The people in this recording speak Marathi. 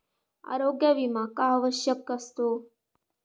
आरोग्य विमा का आवश्यक असतो?